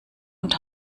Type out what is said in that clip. und